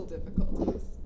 Difficulties